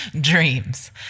dreams